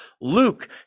Luke